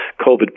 COVID